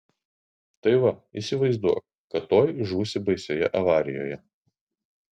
tai va įsivaizduok kad tuoj žūsi baisioje avarijoje